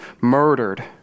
murdered